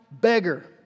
beggar